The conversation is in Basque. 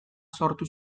sortu